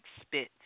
spit